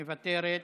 מוותרת,